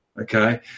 Okay